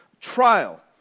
trial